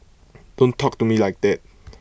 don't talk to me like that